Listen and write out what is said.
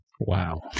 Wow